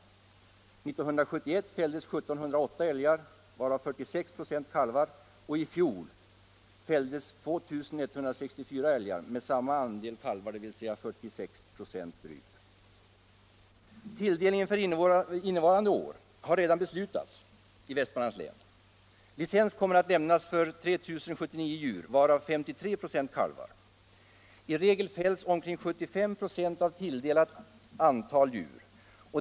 År 1971 fälldes 1 708 älgar, varav 46 96 kalvar, och i fjol fälldes 2 164 älgar, med samma andel kalvar, dvs. drygt 46 96. Tilldelningen för innevarande år har redan beslutats i Västmanlands län. Licens kommer att lämnas för 3 079 djur, varav 53 96 kalvar. I regel fälls omkring 75 96 av tilldelat antal djur.